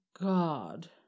God